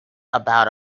about